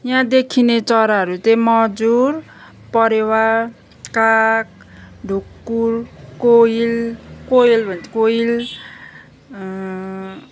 यहाँ देखिने चराहरू चाहिँ मजुर परेवा काग ढुकुर कोइल कोयल भन्छ कोइल